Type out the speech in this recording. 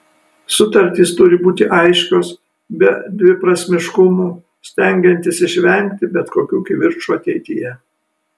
sutartys turi būti aiškios be dviprasmiškumų stengiantis išvengti bet kokių kivirčų ateityje